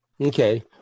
Okay